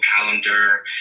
calendar